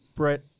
Brett